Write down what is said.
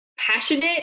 passionate